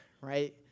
right